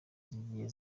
zagiye